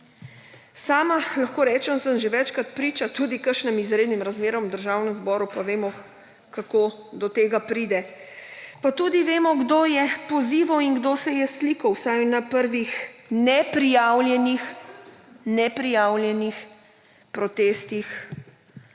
Sama lahko rečem, da sem bila že večkrat priča tudi kakšnim izrednim razmeram v Državnem zboru, pa vemo, kako do tega pride. Pa tudi vemo, kdo je pozival in kdo se je slikal, vsaj na prvih neprijavljenih protestih